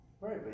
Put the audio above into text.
Right